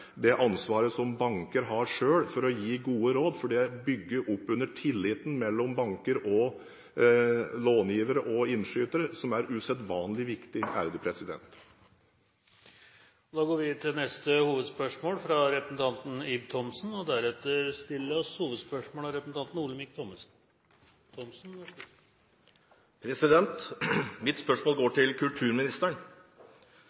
det ansvaret banker selv har for å gi gode råd. Det bygger opp under tilliten mellom banker, långivere og innskytere og er usedvanlig viktig. Vi går til neste hovedspørsmål. Mitt spørsmål går til